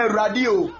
radio